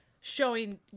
showing